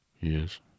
Yes